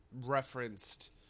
referenced